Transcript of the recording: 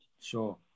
Sure